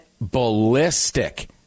ballistic